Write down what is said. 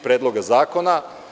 Predloga zakona.